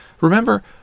Remember